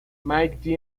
mike